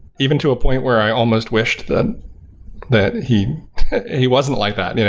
even to a point where i almost wished that that he he wasn't like that. you know